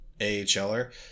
AHLer